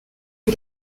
qui